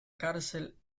cárcel